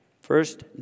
first